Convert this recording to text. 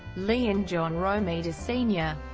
lee and john romita sr.